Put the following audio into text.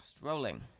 Rolling